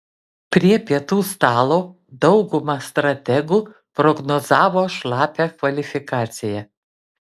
prie pietų stalo dauguma strategų prognozavo šlapią kvalifikaciją